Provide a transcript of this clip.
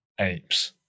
apes